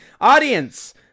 audience